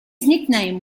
nickname